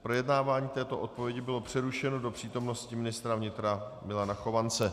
Projednávání této odpovědi bylo přerušeno do přítomnosti ministra vnitra Milana Chovance.